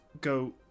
go